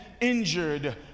injured